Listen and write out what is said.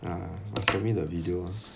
ah send me the videos